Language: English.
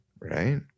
Right